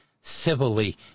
civilly